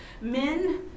men